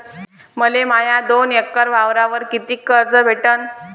मले माया दोन एकर वावरावर कितीक कर्ज भेटन?